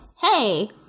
hey